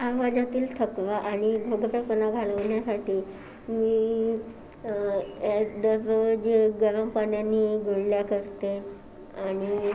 आवाजातील थकवा आणि घोगरेपणा घालवण्यासाठी मी गरम पाण्यानी गुळण्या करते आणि